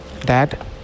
Dad